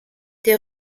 der